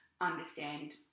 understand